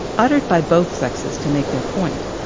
uttered by both sexes to make their point.